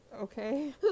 okay